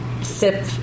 sip